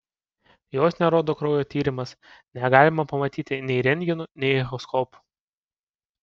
jos nerodo kraujo tyrimas negalima pamatyti nei rentgenu nei echoskopu